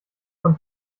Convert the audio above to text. von